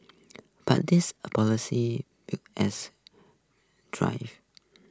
but this as drive